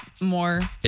more